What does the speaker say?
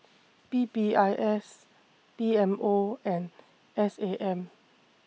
P P I S P M O and S A M